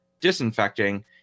disinfecting